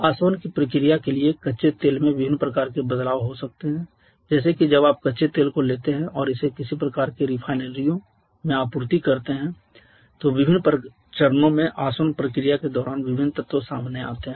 आसवन की प्रक्रिया के लिए कच्चे तेल में विभिन्न प्रकार के बदलाव हो सकते हैं जैसे कि जब आप कच्चे तेल को लेते हैं और इसे किसी प्रकार की रिफाइनरियों में आपूर्ति करते हैं तो विभिन्न चरणों में आसवन प्रक्रिया के दौरान विभिन्न तत्व सामने आते हैं